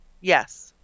Yes